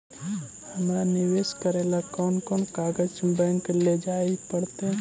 हमरा निवेश करे ल कोन कोन कागज बैक लेजाइ पड़तै?